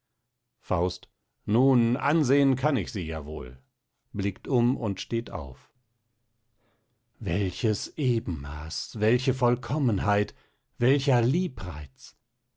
faust nun ansehen kann ich sie ja wohl blickt um und steht auf welches ebenmaß welche vollkommenheit welcher liebreiz